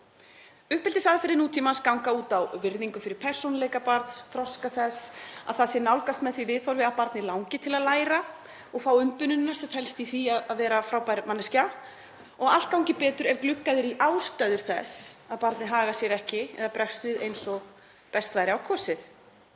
Uppeldisaðferðir nútímans ganga út á virðingu fyrir persónuleika barns, þroska þess, að það sé nálgast með því viðhorfi að barnið langi til að læra og fá umbunina sem felst í því að vera frábær manneskja og allt gangi betur ef gluggað er í ástæður þess að barnið hagar sér ekki eða bregst við eins og best væri á kosið.